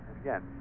again